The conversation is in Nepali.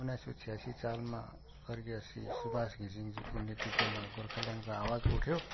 उन्नाइस सय छ्यासी सालमा स्वर्गीय श्री सुबास घिसिङज्यूको नेतृत्वमा गोर्खाल्यान्डको आवाज उठ्यो